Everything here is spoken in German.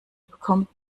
bekommt